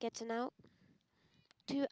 get to now do